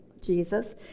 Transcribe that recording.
Jesus